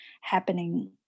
happening